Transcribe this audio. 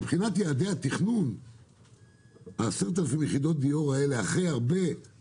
מבחינת יעדי התכנון 10,000 יחידות הדיור האלה בשפיר,